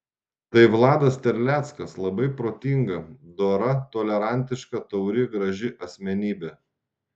tai vladas terleckas labai protinga dora tolerantiška tauri graži asmenybė